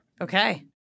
Okay